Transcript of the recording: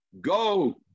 Go